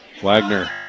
Wagner